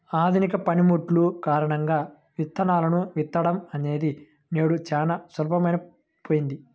ఆధునిక పనిముట్లు కారణంగా విత్తనాలను విత్తడం అనేది నేడు చాలా సులభమైపోయింది